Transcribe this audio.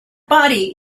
body